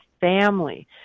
family